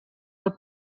del